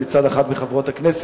אלא מצד אחד אחת מחברות הכנסת,